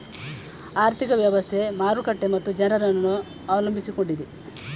ಆರ್ಥಿಕ ವ್ಯವಸ್ಥೆ, ಮಾರುಕಟ್ಟೆ ಮತ್ತು ಜನರನ್ನು ಅವಲಂಬಿಸಿಕೊಂಡಿದೆ